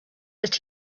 that